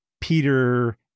Peter